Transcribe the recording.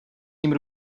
tím